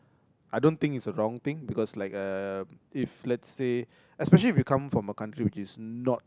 I don't think it's a wrong thing because like uh if let's say especially if you come from a country which is not